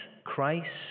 Christ